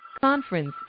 Conference